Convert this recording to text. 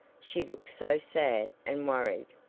she looked so sad and worried.